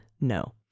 no